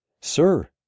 Sir